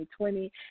2020